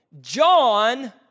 John